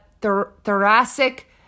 thoracic